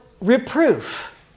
reproof